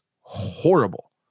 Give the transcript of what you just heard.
horrible